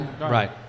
right